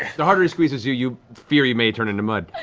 the harder he squeezes you, you fear you may turn into mud.